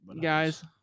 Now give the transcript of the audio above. guys